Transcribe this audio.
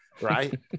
Right